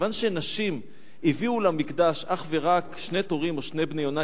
כיוון שנשים הביאו למקדש אך ורק שני תורים או שני בני יונה,